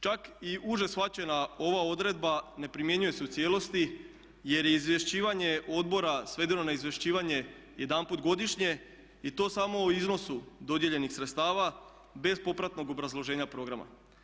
Čak i uže shvaćena ova odredba ne primjenjuje se u cijelosti, jer je izvješćivanje odbora svedeno na izvješćivanje jedanput godišnje i to samo o iznosu dodijeljenih sredstava bez popratnog obrazloženja programa.